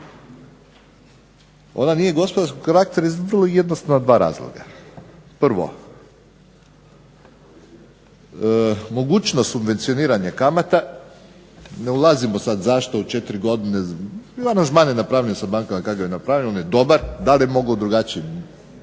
Ona nije gospodarskog karaktera iz vrlo jednostavna dva razloga. Prvo, mogućnost subvencioniranja kamata, ne ulazim sad zašto u 4 godine, i aranžman je napravljen sa bankama kakav je napravljen, on je dobar, da li je moglo drugačije,